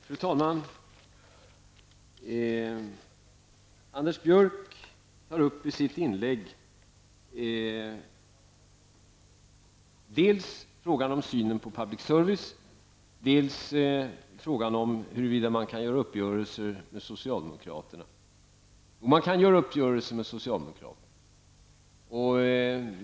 Fru talman! Anders Björck tar i sitt inlägg upp dels frågan om synen på public service, dels frågan om huruvida man kan träffa uppgörelser med socialdemokraterna. Ja, man kan träffa uppgörelser med socialdemokraterna.